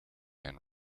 and